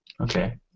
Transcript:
Okay